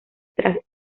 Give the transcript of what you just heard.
tras